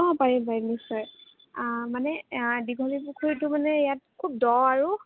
অঁ পাৰিম পাৰিম নিশ্চয় মানে দীঘলীপুখুৰীটো মানে ইয়াত খুব দ' আৰু